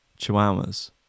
chihuahuas